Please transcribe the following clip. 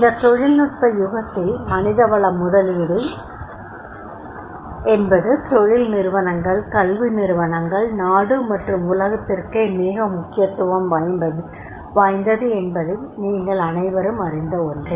இந்தத் தொழில்நுட்ப யுகத்தில் மனித வள முதலீடு என்பது தொழில் நிறுவனங்கள் கல்வி நிறுவனங்கள் நாடு மற்றும் உலகத்திற்கே மிக முக்கியத்துவம் வாய்ந்தது என்பது நீங்கள் அனைவரும் அறிந்த ஒன்றே